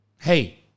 hey